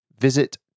Visit